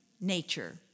nature